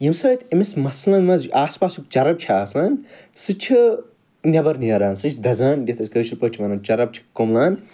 ییٚمہِ سۭتۍ أمس مَسلَن مَنٛز آس پاسُک چرٕب چھُ آسان سُہ چھُ نیٚبر نیران سُہ چھُ دَزان یتھ أسۍ کٲشر پٲٹھۍ چھِ وَنان چرٕب چھُ کُمبلان